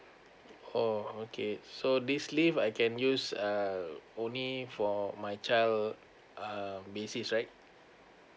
oh okay so this leave I can use uh only for my child uh basis right